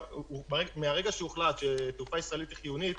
מהרגע שהוחלט שהתעופה הישראלית היא חיונית,